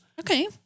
okay